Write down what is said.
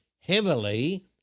heavily